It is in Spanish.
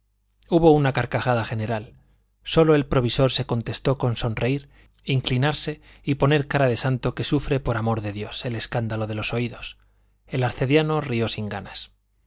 hubo una carcajada general sólo el provisor se contentó con sonreír inclinarse y poner cara de santo que sufre por amor de dios el escándalo de los oídos el arcediano rio sin ganas